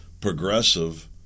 progressive